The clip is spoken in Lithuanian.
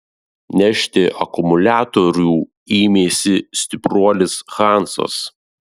nešti akumuliatorių ėmėsi stipruolis hansas